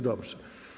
Dobrze.